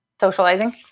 socializing